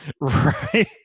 right